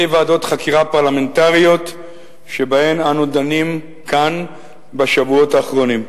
ועדות חקירה פרלמנטריות שבהן אנו דנים כאן בשבועות האחרונים.